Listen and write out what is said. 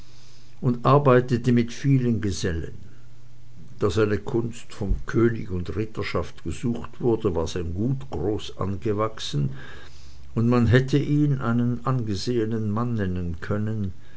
und arbeitete mit vielen gesellen da seine kunst von könig und ritterschaft gesucht wurde war sein gut groß angewachsen und man hätte ihn einen angesehenen mann nennen können